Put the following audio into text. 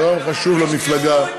הוא גם חשוב למפלגה,